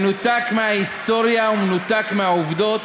מנותק מההיסטוריה ומנותק מהעובדות,